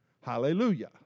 Hallelujah